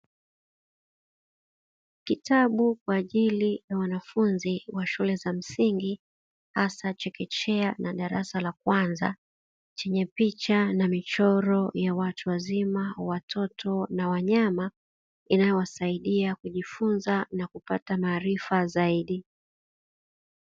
Kitabu kwaajili ya wanafunzi wa shule za msingi hasa chekechea na darasa la kwanza, chenye picha na michora ya watu wazima, watoto na wanyama inayowasaidia kujifunza na kupata maarifa zaidi.